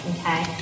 okay